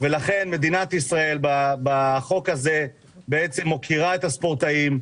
לכן מדינת ישראל בחוק הזה מוקירה את הספורטאים,